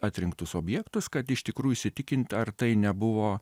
atrinktus objektus kad iš tikrųjų įsitikint ar tai nebuvo